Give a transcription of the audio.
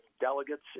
delegates